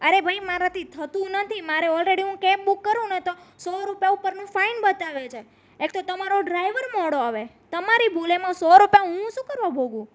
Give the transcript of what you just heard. અરે ભાઈ મારાથી થતું નથી મારે ઓલરેડી હું કેબ બુક કરું ને તો સો રૂપિયા ઉપરનું ફાઈન બતાવે છે એક તો તમારો ડ્રાઈવર મોડો આવે તમારી ભૂલ એમાં સો રૂપિયા હું શું કરવા ભોગવું